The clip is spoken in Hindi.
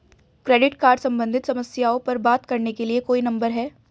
क्रेडिट कार्ड सम्बंधित समस्याओं पर बात करने के लिए कोई नंबर है?